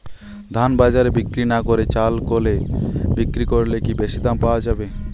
ধান বাজারে বিক্রি না করে চাল কলে বিক্রি করলে কি বেশী দাম পাওয়া যাবে?